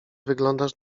wyglądasz